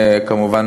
כמובן,